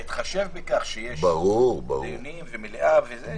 בהתחשב בכך שיש דיונים ומליאה,